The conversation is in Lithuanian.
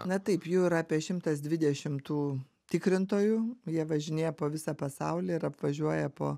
na taip jų yra apie šimtas dvidešim tų tikrintojų jie važinėja po visą pasaulį ir apvažiuoja po